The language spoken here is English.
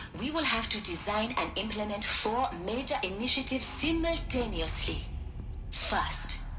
we will have to design and implement four major initiatives simultaneously first.